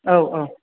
औ औ